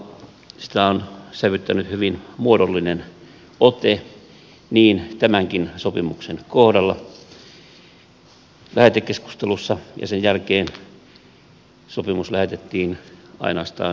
sitä on sävyttänyt hyvin muodollinen ote niin tämänkin sopimuksen kohdalla lähetekeskustelussa ja sen jälkeen sopimus lähetettiin ainoastaan hallintovaliokunnan käsiteltäväksi